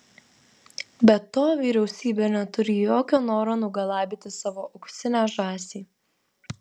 be to vyriausybė neturi jokio noro nugalabyti savo auksinę žąsį